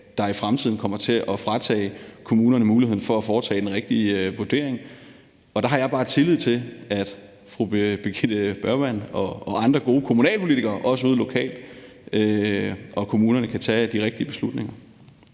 der i fremtiden kommer til at fratage kommunerne muligheden for at foretage den rigtige vurdering. Og der har jeg bare tillid til, at fru Birgitte Bergman og også andre gode kommunalpolitikere derude lokalt og kommunerne kan tage de rigtige beslutninger.